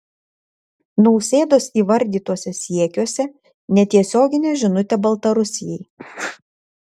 nausėdos įvardytuose siekiuose netiesioginė žinutė baltarusijai